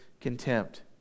contempt